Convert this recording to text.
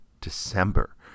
December